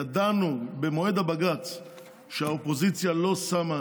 ידענו במועד הבג"ץ שהאופוזיציה לא שם,